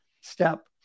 step